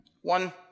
One